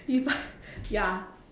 you find ya